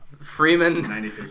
Freeman